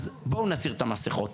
אז בואו נסיר את המסכות,